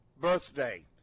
birthday